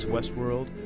Westworld